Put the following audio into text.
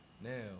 now